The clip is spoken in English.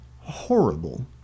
horrible